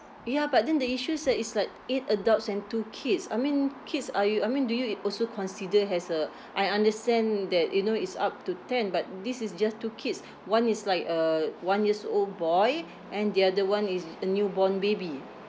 ya but then the issue is like it's like eight adults and two kids I mean kids are you I mean do you you also consider as uh I understand that you know it's up to ten but this is just two kids one is like a one years old boy and the other [one] is a newborn baby